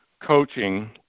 coaching